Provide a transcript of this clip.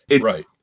Right